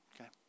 Okay